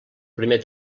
primer